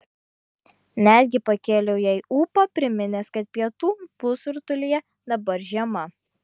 netgi pakėliau jai ūpą priminęs kad pietų pusrutulyje dabar žiema